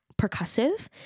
percussive